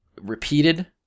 repeated